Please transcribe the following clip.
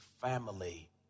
family